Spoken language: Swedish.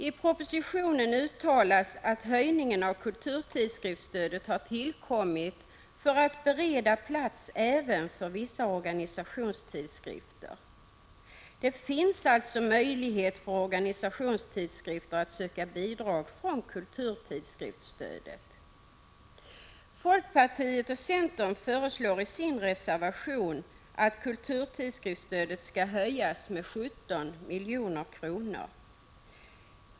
I propositionen uttalas att höjningen av kulturtidskriftsstödet har tillkommit för att bereda plats även för vissa organisationstidskrifter. Det finns alltså möjlighet för organisationstidskrifter att söka bidrag från kulturtidskriftsstödet. Folkpartiet och centern föreslår i sin reservation att kulturtidskriftsstödet skall höjas med 17 milj.kr.